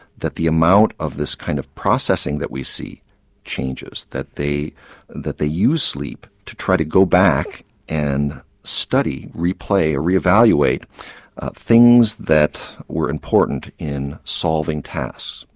that the amount of this kind of processing that we see changes, that they that they use sleep to try to go back and study, replay, re-evaluate things that were important in solving tasks.